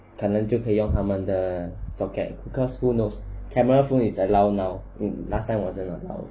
可能就可以用他们的 socket because who knows camera phone is allowed now last time wasn't allowed